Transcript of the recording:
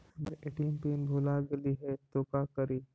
हमर ATM pin भूला गेली हे, तो का करि?